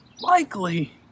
likely